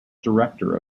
director